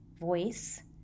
voice